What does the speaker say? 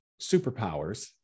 superpowers